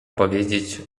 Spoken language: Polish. powiedzieć